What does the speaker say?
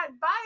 Bye